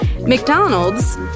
McDonald's